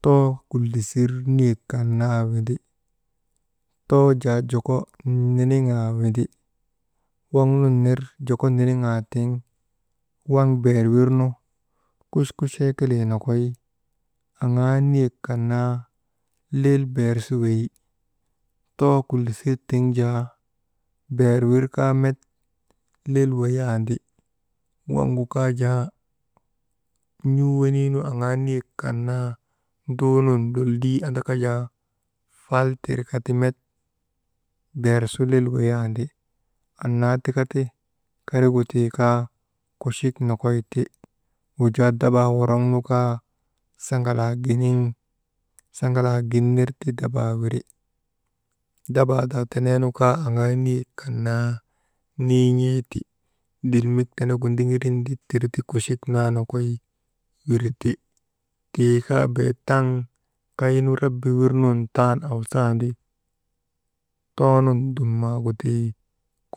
Trek trekgu kaa, dudurokgu kaa, aguraagu kaa, fekifeki kaa, akilmbakgu kaa, akailmbak chigergukaa, bultubultugu kaa, katamangu kaa, kajaŋargu kaa, tiilamgu kaa, kuukuduudu kaa, kuukuaddooma kaa, alingu kaa, kuukuchaawiregu kaa, andudongu kaa, abeeridegu kaa, alawangu kaa, gulaarikgu kaa, tojomsilakgu kaa, turjekgu kaa, jikgu kaa, hamamgu kaa, adrakgu kaa,